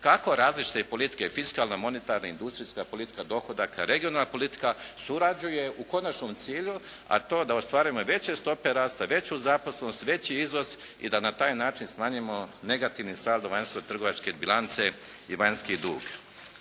kako različite politike, fiskalna, monetarna, industrijska politika, dohodak, regionalna politika surađuje u konačnom cilju, a to da ostvarujemo i veće stope rasta, veću zaposlenost, veći izvoz i da na taj način smanjujemo negativni saldo vanjsko-trgovačke bilance i vanjski dug.